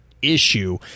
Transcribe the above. issue